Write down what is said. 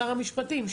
שר המשפטים,